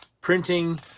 printing